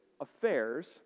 affairs